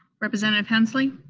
representative hensley?